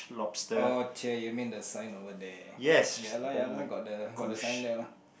oh chey you mean the sign over there ya lah ya lah got the got the sign there mah